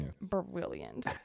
brilliant